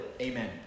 Amen